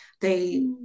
they-